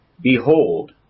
Behold